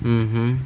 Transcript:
mmhmm